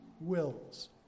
wills